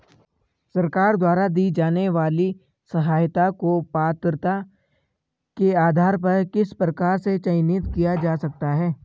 सरकार द्वारा दी जाने वाली सहायता को पात्रता के आधार पर किस प्रकार से चयनित किया जा सकता है?